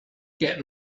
get